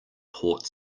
port